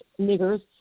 niggers